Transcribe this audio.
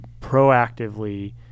proactively